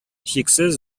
чиксез